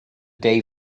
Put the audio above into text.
day